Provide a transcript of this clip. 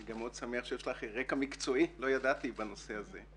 אני גם מאוד שמח שיש לך רקע מקצועי בנושא הזה.